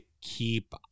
keep